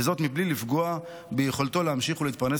וזאת בלי לפגוע ביכולתו להמשיך ולהתפרנס